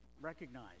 recognize